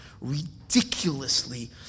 ridiculously